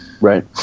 Right